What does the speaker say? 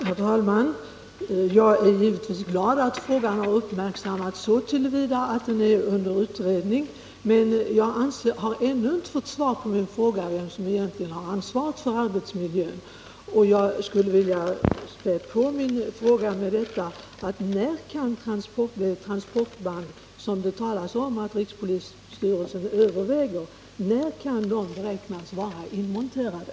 Herr talman! Jag är givetvis glad att frågan har uppmärksammats så till vida att den är under utredning, men jag har ännu inte fått svar på min fråga om vem som egentligen har ansvaret för arbetsmiljön. Jag skulle också vilja späda på min fråga med följande: När kan de transportband som begärts i den framställning som rikspolisstyrelsen prövar beräknas vara inmonterade?